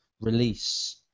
release